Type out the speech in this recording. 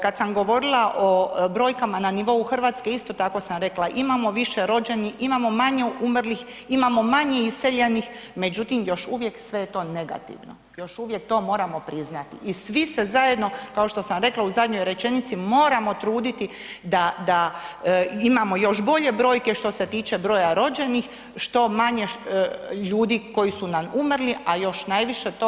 Kad sam govorila o brojkama na nivou Hrvatske isto tako sam rekla imamo više rođenih, imamo manje umrlih, imamo manje iseljenih, međutim još uvijek sve je to negativno, još uvijek to moramo priznati, i svi se zajedno, kao što sam rekla u zadnjoj rečenici, moramo truditi da, da imamo još bolje brojke što se tiče broja rođenih, što manje ljudi koji su nam umrli, a još najviše toga da nam se ljudi ne iseljavaju.